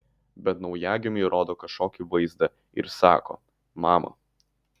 bet naujagimiui rodo kažkokį vaizdą ir sako mama